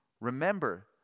Remember